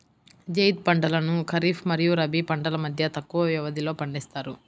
జైద్ పంటలను ఖరీఫ్ మరియు రబీ పంటల మధ్య తక్కువ వ్యవధిలో పండిస్తారు